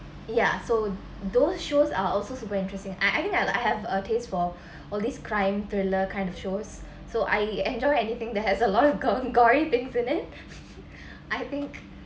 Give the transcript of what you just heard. ya so those shows are also super interesting I I think I have a taste for all this crime thriller kind of shows so I enjoy anything that has a lot of gor~ uh gory things in it I think